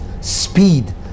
speed